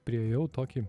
priėjau tokį